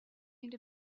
and